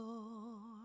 Lord